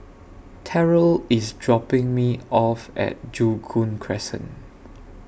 Terrell IS dropping Me off At Joo Koon Crescent